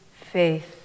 faith